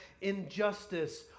injustice